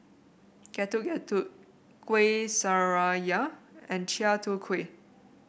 Getuk Getuk Kueh Syara and Chai Tow Kuay